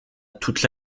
toute